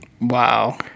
Wow